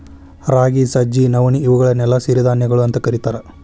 ರಾಗಿ, ಸಜ್ಜಿ, ನವಣಿ, ಇವುಗಳನ್ನೆಲ್ಲ ಸಿರಿಧಾನ್ಯಗಳು ಅಂತ ಕರೇತಾರ